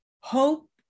Hope